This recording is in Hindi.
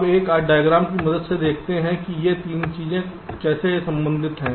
अब एक डायग्राम की मदद से देखते हैं कि ये 3 चीजें कैसे संबंधित हैं